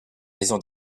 maison